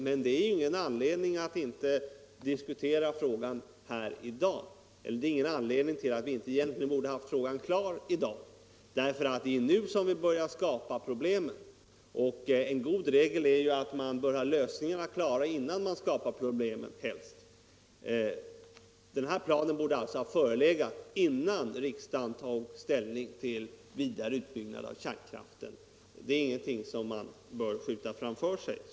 Men det är ingen anledning för oss att inte diskutera frågan här i dag — eller att inte ha frågan klar i dag. därför att det är ju nu som vi börjar skapa problemen. En god regel är att man helst bör ha lösningen klar innan man skapar ett problem. Denna plan borde alltså ha förelegat innan riksdagen tog ställning till vidareutbyggnad av kärnkraften. Som jag ser det är det ingenting som man bör skjuta framför sig.